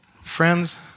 Friends